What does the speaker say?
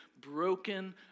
broken